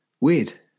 Weird